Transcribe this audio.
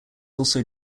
also